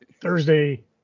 Thursday